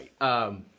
Right